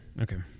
Okay